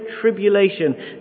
tribulation